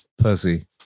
Pussy